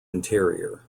interior